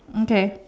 okay